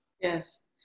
Yes